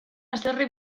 haserre